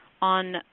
on